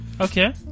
Okay